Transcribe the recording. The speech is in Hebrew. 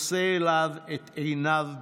ונושא אליו את עיניו בתקווה.